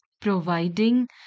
providing